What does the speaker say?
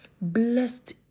Blessed